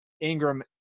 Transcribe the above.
Ingram